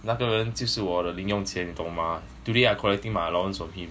那个人就是我的零用钱懂 mah today I collecting my lunch from him